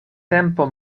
tempo